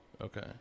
okay